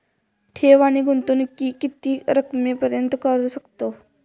ठेव आणि गुंतवणूकी किती रकमेपर्यंत करू शकतव?